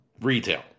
retail